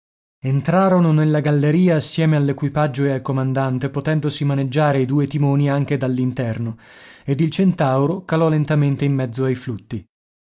entrarono nella galleria assieme all'equipaggio e al comandante potendosi maneggiare i due timoni anche dall'interno ed il centauro calò lentamente in mezzo ai flutti